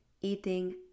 eating